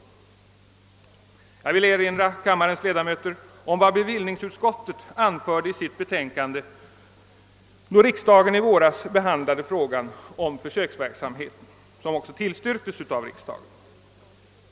Jag vill erinra kammarens ledamöter om vad bevillningsutskottet anförde i sitt betänkande då riksdagen i våras behandlade frågan om försöksverksamheten, en försöksverksamhet som riksdaken då också beslöt att igångsätta.